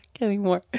anymore